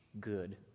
good